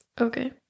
Okay